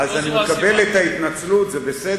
אז אני מקבל את ההתנצלות, זה בסדר.